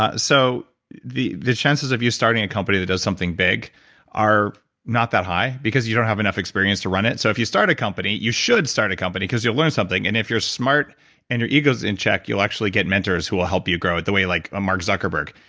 ah so the the chances of you starting a company that does something big are not that high because you don't have enough experience to run it so if you start a company you should start a company because you'll learn something and if you're smart and your ego is in check you'll actually get mentors who will help you grow the way like mark zuckerberg.